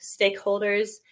stakeholders